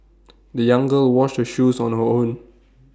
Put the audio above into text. the young girl washed her shoes on her own